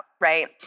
right